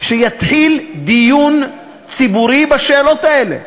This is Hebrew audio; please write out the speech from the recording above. שיתחיל דיון ציבורי בשאלות האלה.